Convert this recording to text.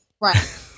Right